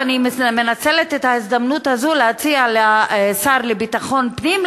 ואני מנצלת את ההזדמנות הזאת להציע לשר לביטחון הפנים,